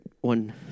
one